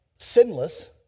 Sinless